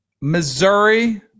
Missouri